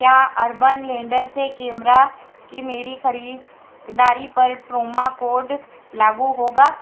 क्या Urban Ladder से camera की मेरी खरीदारी पर प्रोमो कोड लागू होगा